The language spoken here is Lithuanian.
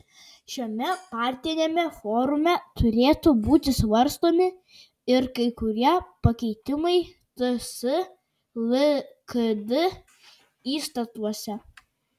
šiame partiniame forume turėtų būti svarstomi ir kai kurie pakeitimai ts lkd įstatuose